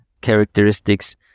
characteristics